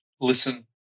listen